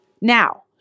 Now